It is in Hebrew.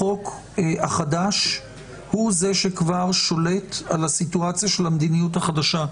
החוק החדש הוא זה שכבר שולט על הסיטואציה של המדיניות החדשה,